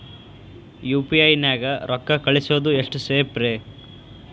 UPI ನ್ಯಾಗ ರೊಕ್ಕ ಕಳಿಸೋದು ಎಷ್ಟ ಸೇಫ್ ರೇ?